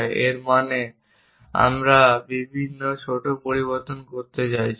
এর মানে আমরা বিভিন্ন ছোট পরিবর্তন করতে যাচ্ছি